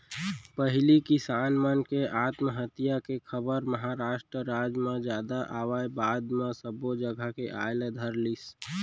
पहिली किसान मन के आत्महत्या के खबर महारास्ट राज म जादा आवय बाद म सब्बो जघा के आय ल धरलिस